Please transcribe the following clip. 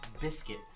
Biscuit